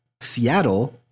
Seattle